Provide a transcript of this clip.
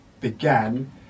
began